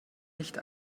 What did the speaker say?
nicht